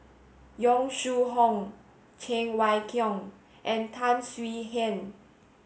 Yong Shu Hoong Cheng Wai Keung and Tan Swie Hian